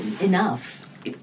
enough